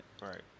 Right